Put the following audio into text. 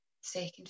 second